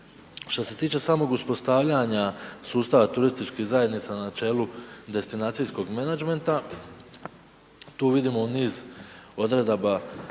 Što se tiče samog uspostavljanja sustava turističkih zajednica na čelu destinacijskog menadžmenta, tu vidimo niz odredaba